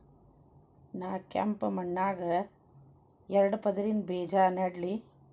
ನಾ ಕೆಂಪ್ ಮಣ್ಣಾಗ ಎರಡು ಪದರಿನ ಬೇಜಾ ನೆಡ್ಲಿ?